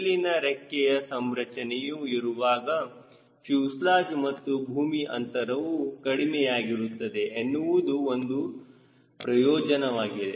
ಮೇಲಿನ ರೆಕ್ಕೆಯ ಸಂರಚನೆಯು ಇರುವಾಗ ಫ್ಯೂಸೆಲಾಜ್ ಮತ್ತು ಭೂಮಿ ಅಂತರವು ಕಡಿಮೆಯಾಗಿರುತ್ತದೆ ಎನ್ನುವುದು ಒಂದು ಪ್ರಯೋಜನವಾಗಿದೆ